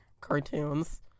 cartoons